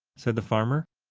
said the farmer.